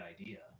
idea